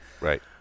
right